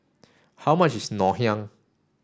how much is Ngoh Hiang